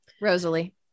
Rosalie